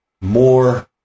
more